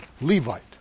Levite